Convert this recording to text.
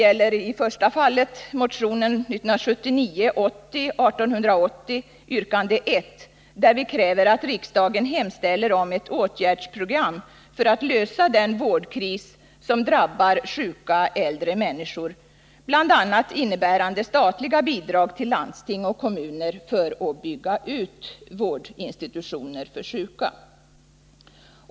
I det första fallet gäller det motionen 1979/80:1880, yrkande 1, där vi kräver att riksdagen hemställer om ett åtgärdsprogram för att man skall kunna lösa den vårdkris som drabbar sjuka äldre människor, bl.a. innebärande statliga bidrag till landsting och kommuner för utbyggnad av vårdinstitutioner för sjuka.